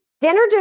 Dinner